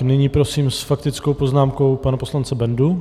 Nyní prosím s faktickou poznámkou pana poslance Bendu.